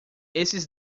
esses